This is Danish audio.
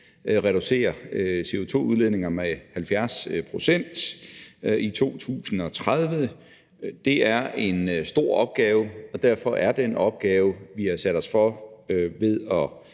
reducere CO2-udledninger med 70 pct. i 2030. Det er en stor opgave, og derfor er den opgave, vi har sat os ved at